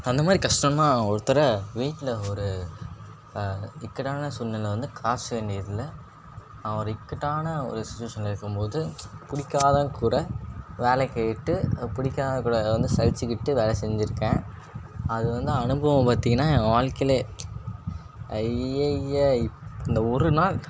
அந்தமாதிரி கஷ்டம்னா ஒரு தர வீட்டில ஒரு இக்கட்டான சூழ்நிலை வந்து காசு என்ட இல்லை ஒரு இக்கட்டான ஒரு சுச்சுவேஷன்ல இருக்கும்போது பிடிக்காதவங் கூட வேலைக்கு இட்டு பிடிக்காதவ கூட வந்து சகிச்சுக்கிட்டு வேலை செஞ்சிருக்கேன் அது வந்து அனுபவம் பார்த்திங்கன்னா என் வாழ்க்கையிலே ஐய்யைய இப் இந்த ஒரு நாள்